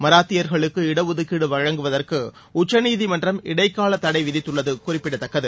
மராத்தியர்களுக்கு இடஒதுக்கீடு வழங்குவதற்கு உச்சநீதிமன்றம் இடைக்கால தடை விதித்துள்ளது குறிப்பிடத்தக்கது